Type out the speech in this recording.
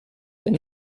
then